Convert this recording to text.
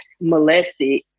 molested